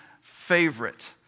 favorite